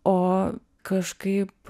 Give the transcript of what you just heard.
o kažkaip